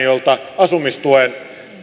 jolta asumistuen